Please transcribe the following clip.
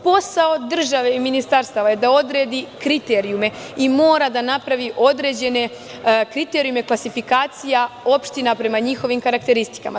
Posao države i ministarstava je da odredi kriterijume i mora da napravi određene kriterijume klasifikacija opština po njihovim karakteristikama.